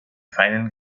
feinen